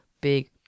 big